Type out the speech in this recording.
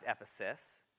Ephesus